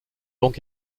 donc